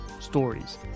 stories